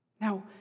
Now